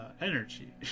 Energy